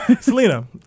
Selena